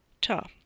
Ta